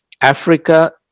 Africa